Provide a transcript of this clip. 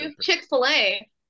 Chick-fil-A